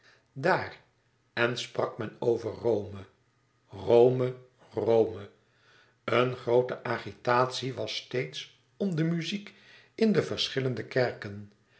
daar en sprak men over rome rome rome een groote agitatie was steeds om de muziek in de verschillende kerken